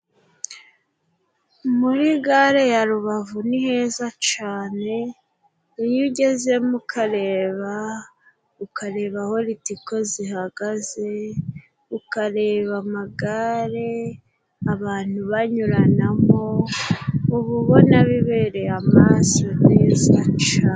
Muri gare ya rubavu ni heza cane, iyo ugezemo ukareba. Ukareba aholitiko zihagaze, ukareba amagare, abantu banyuranamo uba ubona bibereye amaraso neza.